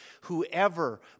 whoever